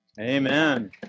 Amen